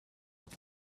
have